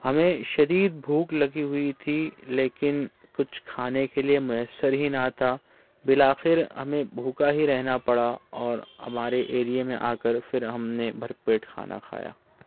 ہمیں شدید بھوک لگی ہوئی تھی لیکن کچھ کھانے کے لئے میسر ہی نہ تھا بالآخر ہمیں بھوکا ہی رہنا پڑا اور ہمارے ایریے میں آ کر پھر ہم نے بھر پیٹ کھانا کھایا